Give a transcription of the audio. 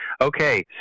Okay